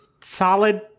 solid